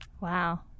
Wow